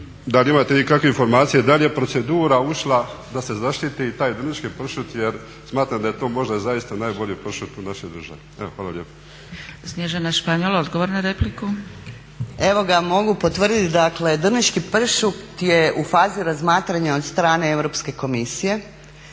da li imate vi kakve informacije da li je procedura ušla da se zaštiti i taj drniški pršut jer smatram da je to možda i zaista najbolji pršut u našoj državi. **Zgrebec, Dragica (SDP)** Snježana Španjol odgovor na repliku. **Španjol, Snježana** Evo ga, mogu potvrditi dakle drniški pršut je u fazi razmatranja od strane Europske komisije.